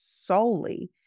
solely